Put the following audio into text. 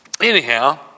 Anyhow